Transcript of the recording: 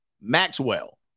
Maxwell